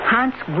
Hans